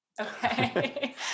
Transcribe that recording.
Okay